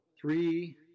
three